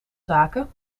zaken